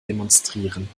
demonstrieren